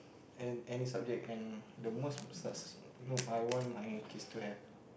and any subject and the most s~ I want my kids to have